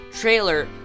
trailer